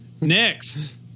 next